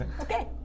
Okay